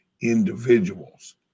individuals